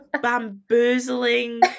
bamboozling